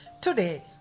Today